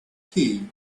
key